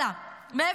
--- שבעה